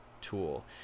tool